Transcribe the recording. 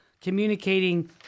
communicating